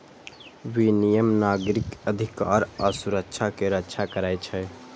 विनियम नागरिक अधिकार आ सुरक्षा के रक्षा करै छै